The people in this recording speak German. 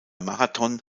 marathon